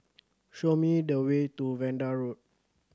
show me the way to Vanda Road